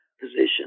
position